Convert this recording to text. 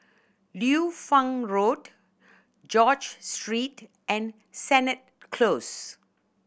Liu Fang Road George Street and Sennett Close